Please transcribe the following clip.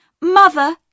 Mother